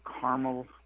caramel